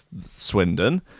Swindon